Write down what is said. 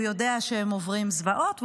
הוא יודע שהם עוברים זוועות,